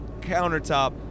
countertop